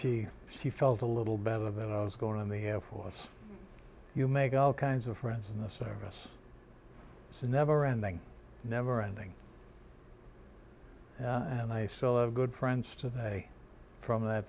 she she felt a little better that i was going on the air force you make all kinds of friends in the service it's a never ending never ending and i still have good friends today from that